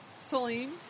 Celine